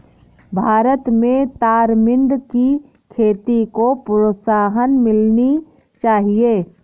भारत में तरमिंद की खेती को प्रोत्साहन मिलनी चाहिए